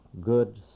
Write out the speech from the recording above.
Good